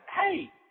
hey